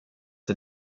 det